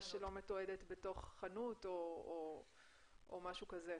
שלא מתועדת בתוך חנות או משהו כזה.